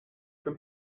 from